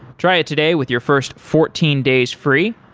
try it today with your first fourteen days free.